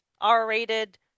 R-rated